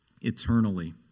eternally